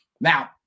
Now